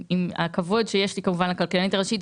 עם כל הכבוד שיש לי לכלכלנית הראשית,